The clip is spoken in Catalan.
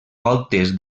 voltes